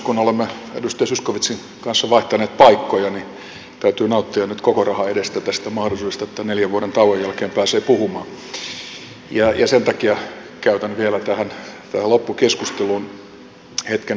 kun olemme edustaja zyskowiczin kanssa vaihtaneet paikkoja niin täytyy nauttia nyt koko rahan edestä tästä mahdollisuudesta että neljän vuoden tauon jälkeen pääsee puhumaan ja sen takia käytän vielä tähän loppukeskusteluun hetken aikaa